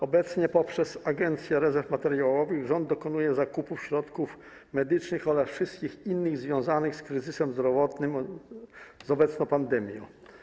Obecnie poprzez Agencję Rezerw Materiałowych rząd dokonuje zakupów środków medycznych oraz wszystkich innych, związanych z kryzysem zdrowotnym, z obecną pandemią.